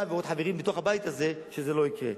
אתה ועוד חברים בתוך הבית הזה, שזה לא יקרה.